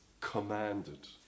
commanded